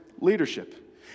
leadership